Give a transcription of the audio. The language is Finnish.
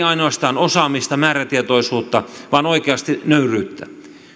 ainoastaan osaamista määrätietoisuutta vaan oikeasti nöyryyttä